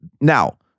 Now